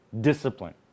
discipline